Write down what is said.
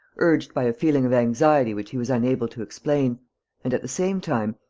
urged by a feeling of anxiety which he was unable to explain and, at the same time,